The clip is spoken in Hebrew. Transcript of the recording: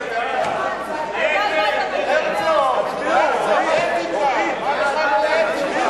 להסיר מסדר-היום את הצעת חוק-יסוד: הממשלה (תיקון,